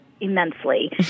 immensely